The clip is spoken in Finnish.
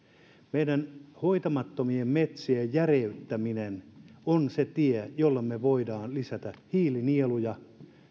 meidän hoitamattomien metsien järeyttäminen on se tie jolla me voimme lisätä hiilinieluja